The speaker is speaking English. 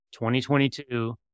2022